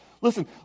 listen